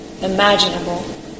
imaginable